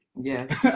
Yes